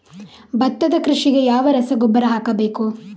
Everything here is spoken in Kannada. ಭತ್ತದ ಕೃಷಿಗೆ ಯಾವ ರಸಗೊಬ್ಬರ ಹಾಕಬೇಕು?